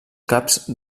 caps